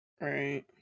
Right